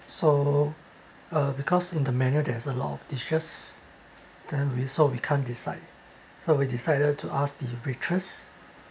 so uh because in the menu there's a lot of dishes then we also we can't decide so we decided to ask the waitress